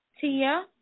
Tia